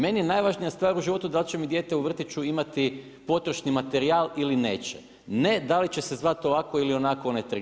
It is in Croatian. Meni je najvažnija stvar u životu da li će mi dijete u vrtiću imati potrošni materijal ili neće, ne da li će se zvati ovako ili onako onaj trg.